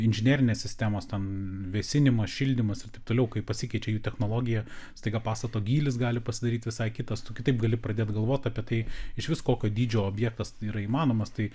inžinerinės sistemos ten vėsinimas šildymas ir taip toliau kai pasikeičia jų technologija staiga pastato gylis gali pasidaryti visai kitas tu kitaip gali pradėt galvot apie tai išvis kokio dydžio objektas yra įmanomas tai